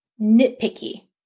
nitpicky